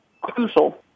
crucial